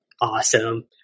Awesome